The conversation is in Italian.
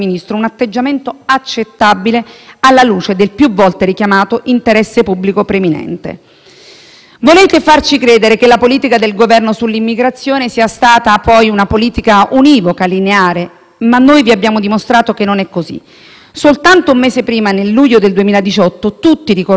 Volete poi farci credere che la politica del Governo sull'immigrazione sia stata una politica univoca, lineare; ma noi vi abbiamo dimostrato che non è così. Soltanto un mese prima, nel luglio 2018, tutti ricordiamo che un caso simile a quello della Diciotti terminò soltanto quando il Presidente del Consiglio ordinò lo sbarco.